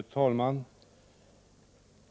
Fru talman!